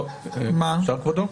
אפשר כבודו?